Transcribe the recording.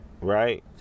Right